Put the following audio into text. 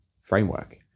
framework